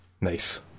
Nice